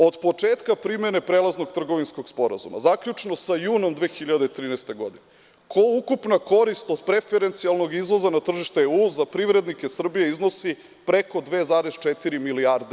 Od početka primene Prelaznog trgovinskog sporazuma, zaključno sa junom 2013. godine, ukupna korist od preferencijalnog izvoza na tržište EU za privrednike Srbije iznosi preko 2,4 milijarde.